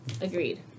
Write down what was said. Agreed